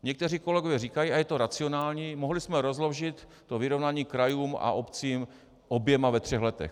Někteří kolegové říkají, a je to racionální, mohli jsme rozložit vyrovnání krajům a obcím oběma ve třech letech.